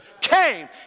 came